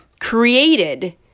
created